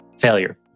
failure